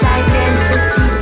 identity